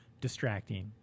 distracting